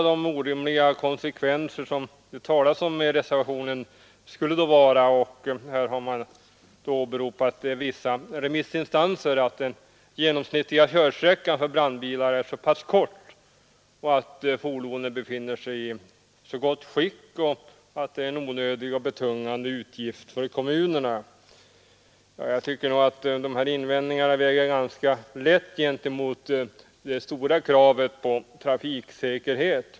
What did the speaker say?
De orimliga konsekvenser som det talas om i reservationen skulle då vara — och här har man åberopat vissa remissinstanser — att den genomsnittliga körsträckan för brandbilar är så kort och att fordonen befinner sig i så gott skick samt att det är en onödig och betungande utgift för kommunerna med denna utökade besiktning. Jag tycker nog dessa invändningar väger ganska lätt jämfört med det stora kravet på trafiksäkerhet.